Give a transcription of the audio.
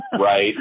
Right